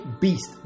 beast